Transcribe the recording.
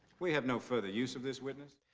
we have no further use of this witness.